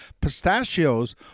Pistachios